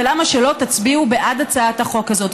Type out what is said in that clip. ולמה שלא תצביעו בעד הצעת החוק הזאת?